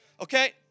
okay